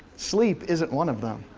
sleep isn't one of them.